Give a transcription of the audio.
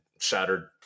shattered